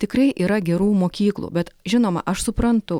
tikrai yra gerų mokyklų bet žinoma aš suprantu